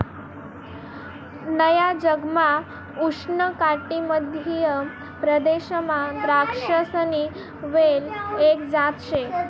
नया जगमा उष्णकाटिबंधीय प्रदेशमा द्राक्षसनी वेल एक जात शे